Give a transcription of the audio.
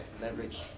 leverage